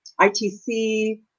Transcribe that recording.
ITC